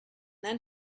then